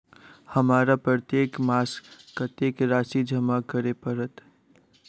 हमरा प्रत्येक मास कत्तेक राशि जमा करऽ पड़त?